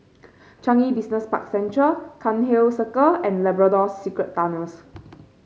Changi Business Park Central Cairnhill Circle and Labrador Secret Tunnels